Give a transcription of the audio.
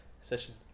session